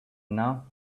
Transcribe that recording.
now